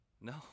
No